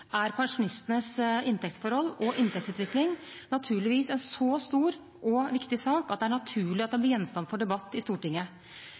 er pensjonistenes inntektsforhold og inntektsutvikling naturligvis en så stor og viktig sak at det er naturlig at den blir gjenstand for debatt i Stortinget.